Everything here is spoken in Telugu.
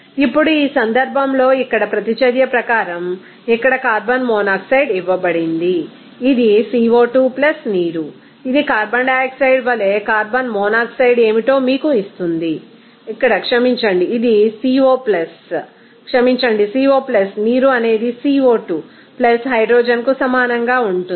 ఇప్పుడు ఈ సందర్భంలో ఇక్కడ ప్రతిచర్య ప్రకారం ఇక్కడ కార్బన్ మోనాక్సైడ్ ఇవ్వబడింది ఇది CO2 నీరు ఇది కార్బన్ డయాక్సైడ్ వలె కార్బన్ మోనాక్సైడ్ ఏమిటో మీకు ఇస్తుంది ఇక్కడ క్షమించండి ఇది Co క్షమించండి CO నీరు అనేది Co2 హైడ్రోజన్కుసమానంగా వుంటుంది